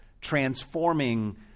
transforming